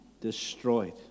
destroyed